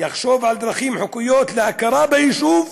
יחשוב על דרכים חוקיות להכרה ביישוב,